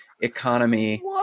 Economy